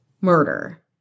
murder